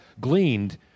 gleaned